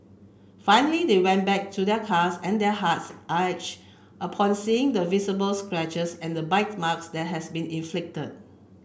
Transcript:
finally they went back to their cars and their hearts ache upon seeing the visible scratches and bite marks that had been inflict